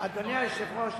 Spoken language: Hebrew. אדוני היושב-ראש,